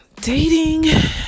dating